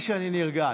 האמת היא שאני נרגש.